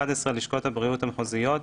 (11)לשכות הבריאות המחוזיות,